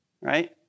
Right